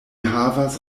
havas